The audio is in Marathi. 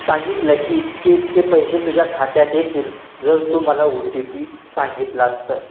सांगितलं की इतके इतके पैसे तुझ्या खात्यात येतील जर तू मला ओ टी पी सांगितलास तर